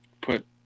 put